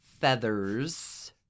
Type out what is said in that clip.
feathers